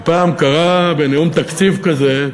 שפעם קראה בנאום תקציב כזה,